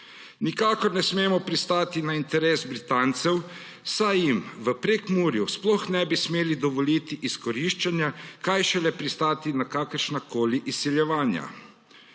Nikakor ne smemo pristati na interes Britancev, saj jim v Prekmurju sploh ne bi smeli dovoliti izkoriščanja, kaj šele pristati na kakršnakoli izsiljevanja.